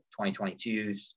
2022s